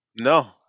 no